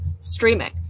streaming